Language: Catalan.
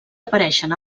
apareixen